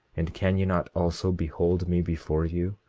and can ye not also behold me before you?